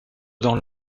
dans